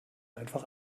einfach